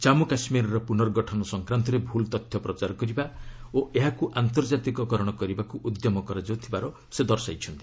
ଜାମ୍ମୁ କାଶ୍ମୀରର ପୁର୍ନଗଠନ ସଂକ୍ରାନ୍ତରେ ଭୁଲ୍ ତଥ୍ୟ ପ୍ରଚାର କରିବା ଓ ଏହାକୁ ଆନ୍ତର୍ଜାତିକ କରଣ କରିବାକୁ ଉଦ୍ୟମ କରାଯାଉଥିବାର ସେ ଦର୍ଶାଇଛନ୍ତି